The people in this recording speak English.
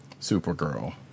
Supergirl